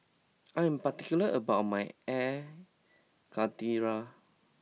I am particular about my Air Karthira